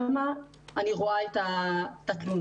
באחרונים אני רואה את התלונות.